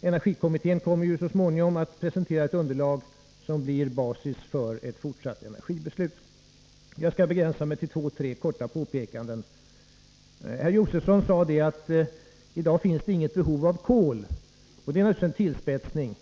Energiskattekommittén kommer ju så småningom att presentera ett underlag som blir basis för ett framtida energibeslut. Jag skall begränsa mig till ett par påpekanden. Herr Josefson sade att det i dag inte finns något behov av kol. Det är naturligtvis en tillspetsning.